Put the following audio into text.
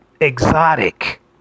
exotic